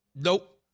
nope